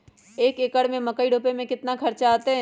एक एकर में मकई रोपे में कितना खर्च अतै?